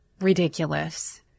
ridiculous